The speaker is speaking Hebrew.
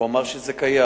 הוא אמר שזה קיים.